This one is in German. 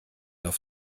auf